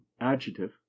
adjective